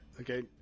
Okay